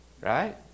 Right